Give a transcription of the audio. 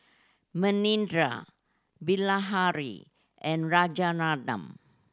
Manindra Bilahari and Rajaratnam